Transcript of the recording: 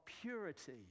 purity